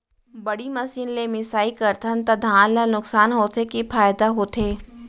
बड़ी मशीन ले मिसाई करथन त धान ल नुकसान होथे की फायदा होथे?